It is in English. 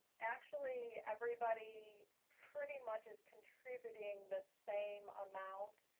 actually, everybody pretty much is contributing the same amount.